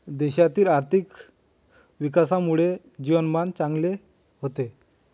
देशातील आर्थिक विकासामुळे जीवनमान चांगले होते